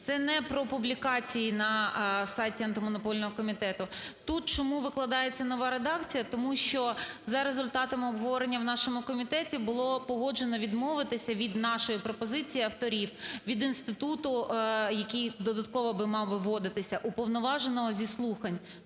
це не по публікації на сайті Антимонопольного комітету. Тут чому викладається нова редакція, тому що за результатами обговорення в нашому комітеті було погоджено відмовитися від нашої пропозиції авторів від інституту, який додатково би мав вводити уповноваженого зі слухань.